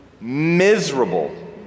miserable